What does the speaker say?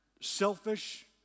selfish